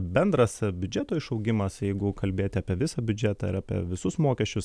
bendras biudžeto išaugimas jeigu kalbėti apie visą biudžetą ir apie visus mokesčius